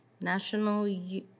national